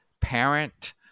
parent